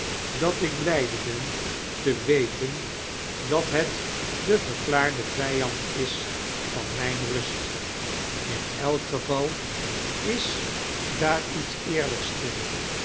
dat ik blijde ben te weten dat het de veirklaarde vijand is van mijn rust in elk geval is daar iete eerllijks in